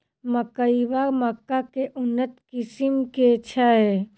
मकई वा मक्का केँ उन्नत किसिम केँ छैय?